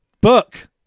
book